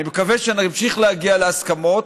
אני מקווה שנמשיך להגיע להסכמות.